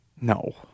No